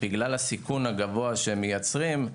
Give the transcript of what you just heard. בגלל הסיכון הגבוה שהם מייצרים,